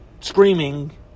Screaming